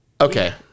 okay